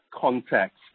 context